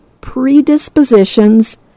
predispositions